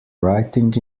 writing